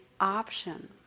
option